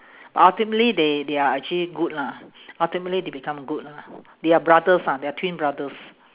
but ultimately they they are actually good lah ultimately they become good lah they are brothers ah they are twin brothers